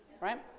right